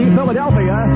Philadelphia